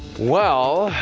well,